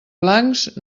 blancs